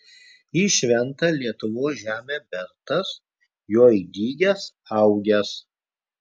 į šventą lietuvos žemę bertas joj dygęs augęs